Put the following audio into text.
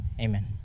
Amen